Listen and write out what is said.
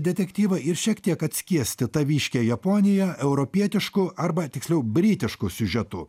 detektyvą ir šiek tiek atskiesti taviškę japoniją europietišku arba tiksliau britišku siužetu